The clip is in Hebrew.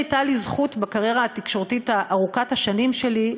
שהייתה לי זכות בקריירה התקשורתית ארוכת השנים שלי,